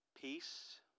peace